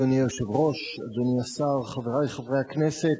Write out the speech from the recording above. אדוני היושב-ראש, אדוני השר, חברי חברי הכנסת,